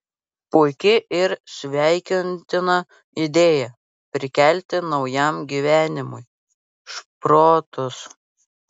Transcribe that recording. puiki ir sveikintina idėja prikelti naujam gyvenimui šprotus